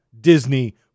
Disney